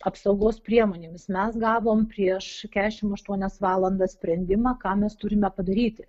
apsaugos priemonėmis mes gavom prieš kešimt aštuonias valandas sprendimą ką mes turime padaryti